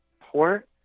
Port